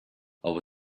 our